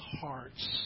hearts